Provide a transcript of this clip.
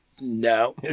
No